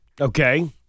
Okay